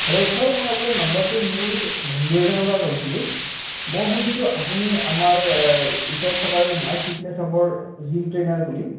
hello sir মই আপোনাৰ নাম্বাৰটো মোৰ বন্ধু এজনৰপৰা পাইছিলোঁ মই শুনিছোঁ আপুনি আমাৰ এই ওচৰত থকা এই মাই ফিটনেছ আপৰ জিম ট্ৰেইনাৰ বুলি